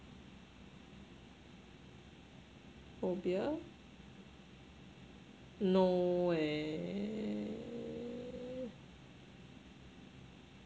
phobia no eh